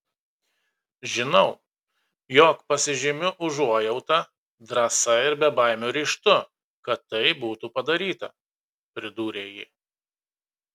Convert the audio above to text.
žinau jog pasižymiu užuojauta drąsa ir bebaimiu ryžtu kad tai būtų padaryta pridūrė ji